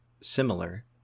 similar